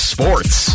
Sports